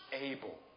able